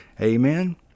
Amen